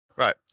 Right